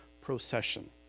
procession